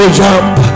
jump